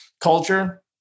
culture